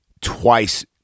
twice